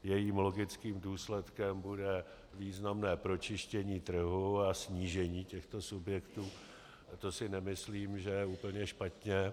Jejím logickým důsledkem bude významné pročištění trhu a snížení těchto subjektů a to si nemyslím, že je úplně špatně.